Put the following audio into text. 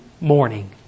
morning